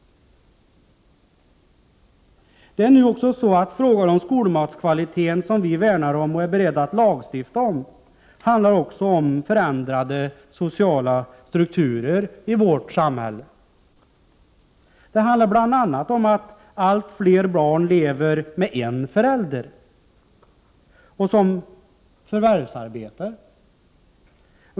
Frågan om skolmatskvaliteten, som vi värnar om och är beredda att lagstifta om, handlar också om förändrade sociala strukturer. Det handlar bl.a. om att allt fler barn lever med en förälder som förvärvsarbetar.